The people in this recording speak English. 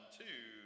two